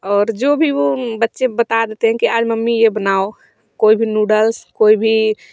और जो भी वो बच्चे बता देते हैं कि आज मम्मी ये बनाओ कोई भी नूडल्स कोई भी